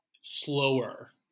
slower